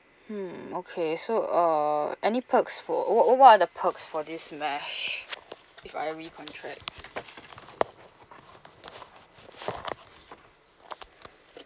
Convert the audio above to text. hmm okay so uh any perks for what what are the perks for this mesh if I recontract